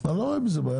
אני לא רואה עם זה בעיה.